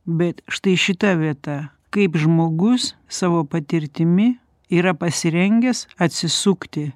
bet štai šita vieta kaip žmogus savo patirtimi yra pasirengęs atsisukti